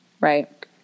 Right